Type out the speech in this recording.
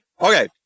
Okay